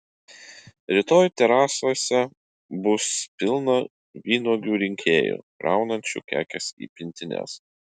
rytoj terasose bus pilna vynuogių rinkėjų kraunančių kekes į pintines